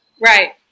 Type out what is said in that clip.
Right